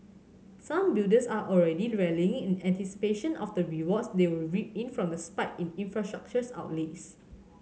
some builders are already rallying in anticipation of the rewards they will reap in from the spike in infrastructure outlays